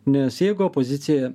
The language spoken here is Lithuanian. nes jeigu opozicija